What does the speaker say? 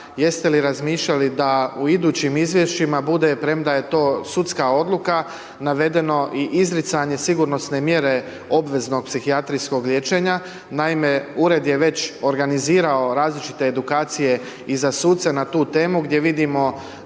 jeste li razmišljali da u idućim izvješćima bude, premda je to sudska odluka, navedeno i izricanje sigurnosne mjere obveznog psihijatrijskog liječenja. Naime, ured je već organizirao različite edukacije i za suce na tu temu gdje vidimo